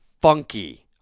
funky